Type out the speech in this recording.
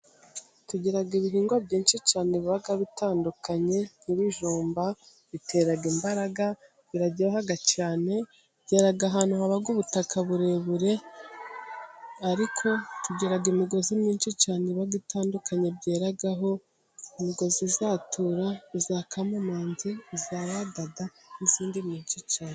Tugira ibihingwa byinshi cyane biba bitandukanye, nk'ibijumba bitera imbaraga biraryoha cyane, byera ahantu haba ubutaka burebure, ariko tugira imigozi myinshi cyane iba dutandukanye byeraho, imigozi ya tura, iya kamamanzi, iya wadada n'iyindi myinshi cyane.